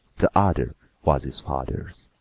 the other was his father's.